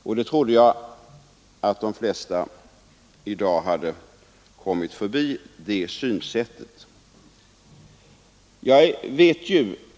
Jag trodde att de flesta i dag hade kommit förbi detta synsätt.